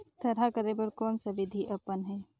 थरहा करे बर कौन सा विधि अपन?